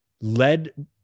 led